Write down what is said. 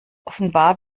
offenbar